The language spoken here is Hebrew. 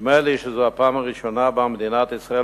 נדמה לי שזו הפעם הראשונה שבה מדינת ישראל